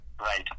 Right